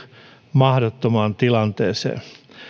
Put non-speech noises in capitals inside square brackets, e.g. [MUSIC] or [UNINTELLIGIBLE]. mahdottomaan tilanteeseen [UNINTELLIGIBLE]